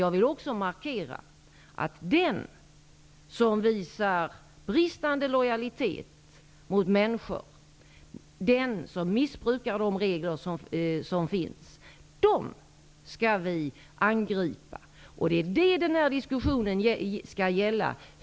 Jag vill emellertid markera att de som visar bristande lojalitet mot människor, de som missbrukar de regler som finns, dem skall vi angripa. Det är det den här diskussionen skall gälla.